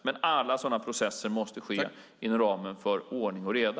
Men alla sådana processer måste ske inom ramen för ordning och reda.